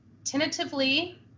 Tentatively